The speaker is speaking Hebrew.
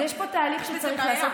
אז יש פה תהליך שצריך לעשות.